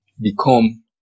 become